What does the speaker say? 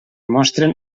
mostren